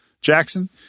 Jackson